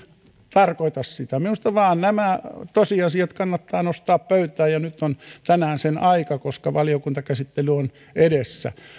tarkoita sitä minusta nämä tosiasiat vain kannattaa nostaa pöytään ja nyt on tänään sen aika koska valiokuntakäsittely on edessä